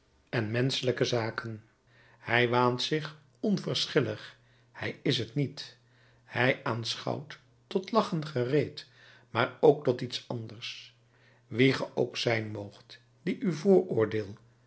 en menschelijke zaken hij waant zich onverschillig hij is t niet hij aanschouwt tot lachen gereed maar ook tot iets anders wie ge ook zijn moogt die u vooroordeel